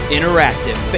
Interactive